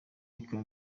mateka